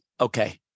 Okay